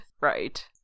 Right